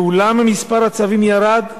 ואולם מספר הצווים ירד,